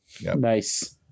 Nice